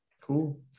cool